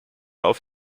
auf